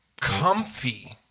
Comfy